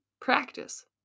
practice